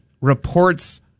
reports